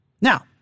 Now